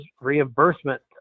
reimbursement